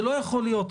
זה לא יכול להיות.